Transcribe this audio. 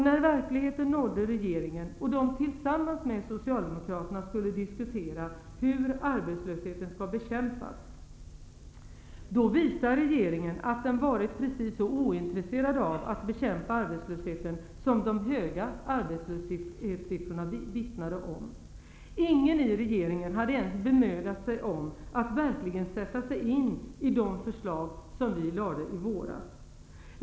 När verkligheten nådde regeringen och den tillsammans med Socialdemokraterna skulle diskutera hur arbetslösheten skall bekämpas, då visade regeringen att den varit precis så ointresserad av att bekämpa arbetslösheten som de höga arbetslöshetssiffrorna vittnar om. Ingen i regeringen hade ens bemödat sig om att verkligen sätta sig in i de förslag som vi lade fram i våras.